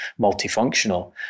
multifunctional